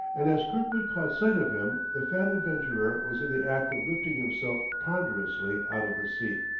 and as kirkwood caught sight of him the fat adventurer was in the act of lifting himself ponderously out of the seat.